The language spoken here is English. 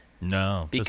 No